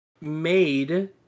made